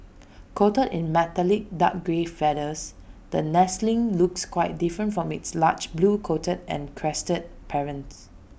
coated in metallic dark grey feathers the nestling looks quite different from its large blue coated and crested parents